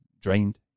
drained